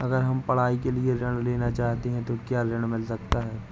अगर हम पढ़ाई के लिए ऋण लेना चाहते हैं तो क्या ऋण मिल सकता है?